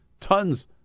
tons